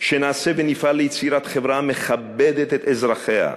שנעשה ונפעל ליצירת חברה המכבדת את אזרחיה,